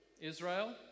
Israel